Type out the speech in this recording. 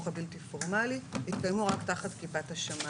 הבלתי-פורמלי יתקיימו רק תחת כיפת השמיים.